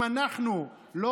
אם אנחנו לא,